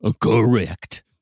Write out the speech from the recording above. Correct